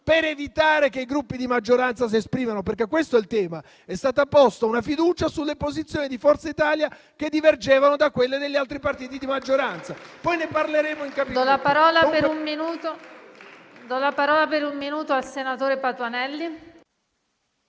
per evitare che i Gruppi di maggioranza si esprimano. Questo è il tema: è stata posta una questione di fiducia sulle posizioni di Forza Italia che divergono da quelle degli altri partiti di maggioranza.